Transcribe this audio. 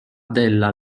della